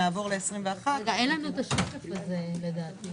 אתם רואים שבשנת 2021 הסובסידיה כבר עלתה